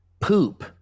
poop